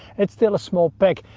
it's still a small pack.